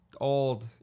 old